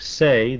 say